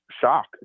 shock